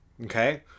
okay